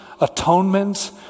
atonement